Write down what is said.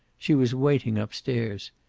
she was waiting, up-stairs.